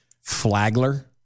Flagler